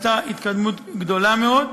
נעשתה התקדמות גדולה מאוד,